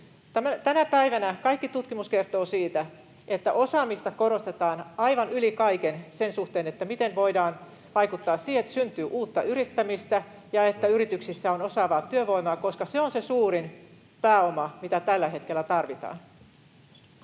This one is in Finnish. Tänä päivänä kaikki tutkimus kertoo siitä, että osaamista korostetaan aivan yli kaiken sen suhteen, miten voidaan vaikuttaa siihen, että syntyy uutta yrittämistä ja että yrityksissä on osaavaa työvoimaa, koska se on se suurin pääoma, mitä tällä hetkellä tarvitaan.